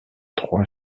trois